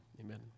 amen